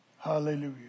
Hallelujah